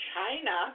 China